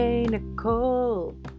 Nicole